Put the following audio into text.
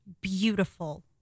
beautiful